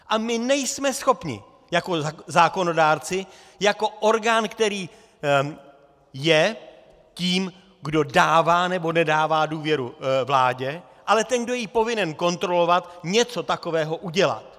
A my nejsme schopni jako zákonodárci, jako orgán, který je tím, kdo dává nebo nedává důvěru vládě, ale ten, kdo je povinen ji kontrolovat, něco takového udělat.